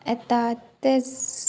येतातच